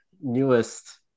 newest